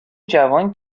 جوان